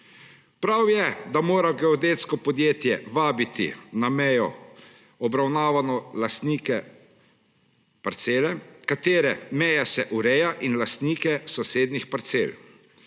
Prav je, da mora geodetsko podjetje vabiti na mejno obravnavo lastnika parcele, katerega meja se ureja, in lastnike sosednjih parcel.